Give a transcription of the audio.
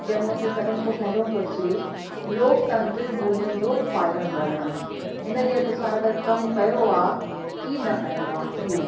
जंहिं मां की सभिनि खां पहिरियों थो अचे लोकतांत्रिक मूल्यनि जो पालण करणु हिन जे अनुसार अगरि कमु कयो आहे की न कयो आहे इहो